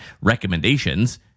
recommendations